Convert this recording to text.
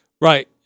Right